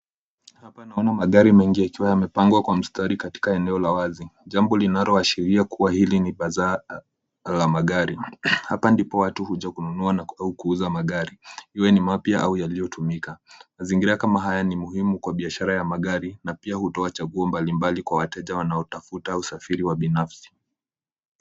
Hapa naona magari mengi yakiwa yamepangwa kwa mstari katika eneo la wazi, jambo linaloashiria kuwa hili ni bazzaar la magari. Hapa ndipo watu huja kununua au kuuza magari, iwe ni mapya au yaliyotumika . Mazingira kama haya ni muhimu kwa biashara ya magari na pia hutoa chaguo mbalimbali kwa wateja wanaotafuta usafiri wa binafsi.